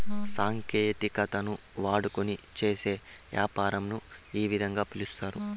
సాంకేతికతను వాడుకొని చేసే యాపారంను ఈ విధంగా పిలుస్తారు